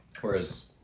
Whereas